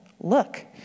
Look